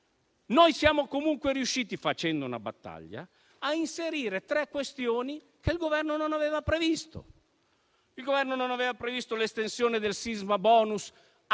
noi siamo comunque riusciti, facendo una battaglia, a inserire tre questioni che il Governo non aveva previsto. Il Governo non aveva previsto l'estensione del sismabonus a